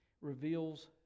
reveals